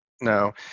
no